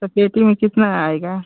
तो पेटी में कितना आएगा